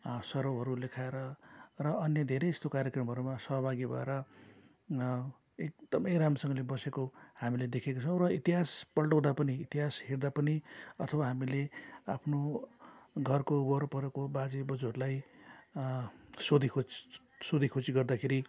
सरौहरू लेखाएर र अन्य धेरै यस्तो कार्यक्रमहरूमा सहभागी भएर एकदम राम्रोसँगले बसेको हामीले देखेका छौँ र इतिहास पल्टाउँदा पनि इतिहास हेर्दा पनि अथवा हामीले आफ्नो घरको वरपरको बाजे बोजूहरूलाई सोधी खोज सोधी खोजी गर्दाखेरि